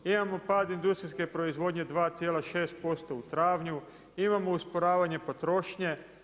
Imamo pad industrijske proizvodnje 2,6% u travnju, imamo usporavanje potrošnje.